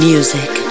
Music